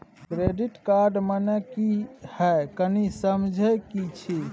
Credit card के माने की हैं, कनी समझे कि छि?